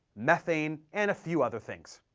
methane, and a few other things.